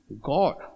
God